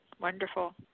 Wonderful